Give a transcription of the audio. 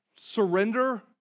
surrender